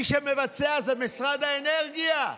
מי שמבצע זה משרד האנרגיה.